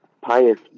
pious